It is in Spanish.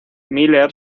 miller